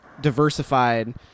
diversified